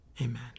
Amen